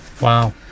Wow